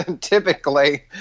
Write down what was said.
typically